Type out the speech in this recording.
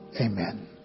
Amen